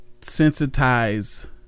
sensitize